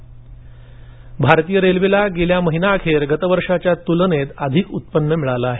railway भारतीय रेल्वेला गेल्या महिनाखेर गतवर्षाच्या तुलनेत अधिक उत्पन्न मिळाले आहे